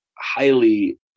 highly